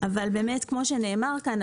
אבל כמו שנאמר כאן,